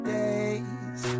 days